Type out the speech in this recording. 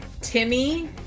Timmy